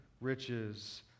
riches